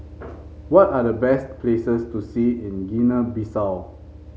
what are the best places to see in Guinea Bissau